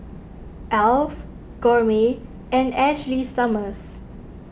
Alf Gourmet and Ashley Summers